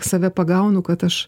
save pagaunu kad aš